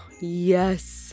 yes